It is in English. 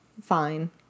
fine